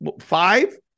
five